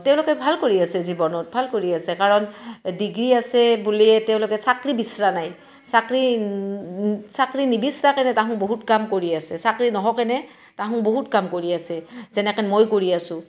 তেওঁলোকে ভাল কৰি আছে জীৱনত ভাল কৰি আছে কাৰণ ডিগ্ৰী আছে বুলিয়ে তেওঁলোকে চাকৰি বিচৰা নাই চাকৰি চাকৰি নিবিচৰাকৈ তাহুন বহুত কাম কৰি আছে চাকৰি নহওকানে তাহোন বহুত কাম কৰি আছে যেনেকৈ মই কৰি আছো